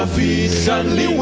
the suddenly